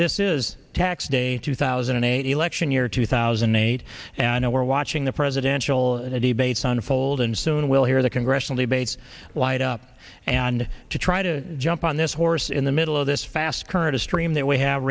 this is tax day two thousand and eight election year two thousand and eight and i know we're watching the presidential debates unfold and soon we'll hear the congressional debates light up and to try to jump on this horse in the middle of this fast current a stream that we have